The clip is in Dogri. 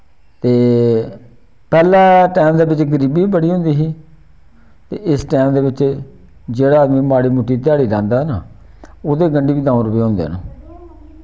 ते पैह्लै टैम दे बिच गरीबी बी बड़ी होंदी ही ते इस टैम दे बिच जेह्ड़ा आदमी माड़ी मुट्टी ध्याड़ी लांदा ना ओह्दी गंढी बी द'ऊं रपे होंदे न